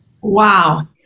Wow